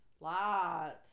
Lots